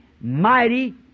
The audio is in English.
mighty